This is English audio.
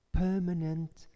permanent